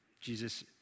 Jesus